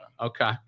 Okay